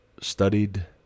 studied